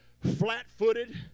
flat-footed